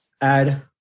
add